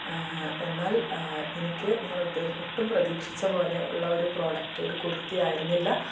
എന്നാൽ എനിക്ക് ഞാൻ ഉദ്ദേശ ഒട്ടും പ്രതീക്ഷിച്ച പോലെ ഉള്ള ഒരു പ്രോഡക്റ്റ് ഒരു കുർത്തി ആയിരുന്നില്ല